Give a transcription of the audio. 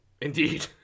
Indeed